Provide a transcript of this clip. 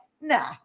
nah